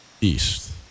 East